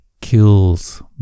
kills